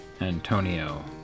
Antonio